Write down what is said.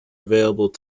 available